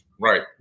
Right